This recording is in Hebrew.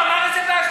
הוא אמר את זה באשדוד.